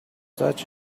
such